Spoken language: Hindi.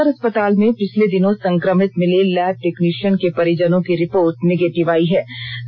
उधर सदर अस्पताल में पिछले दिनों संक्रमित मिले लैब टेक्नीशियन के परिजनों की रिपोर्ट निगेटिव आई है